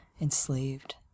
enslaved